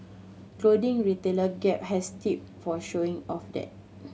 clothing retailer Gap has tip for showing off that